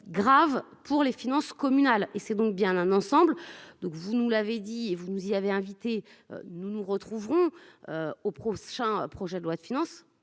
Graves pour les finances communales et c'est donc bien un ensemble. Donc vous nous l'avez dit et vous nous y avait invités. Nous nous retrouverons. Au prochain projet de loi de finances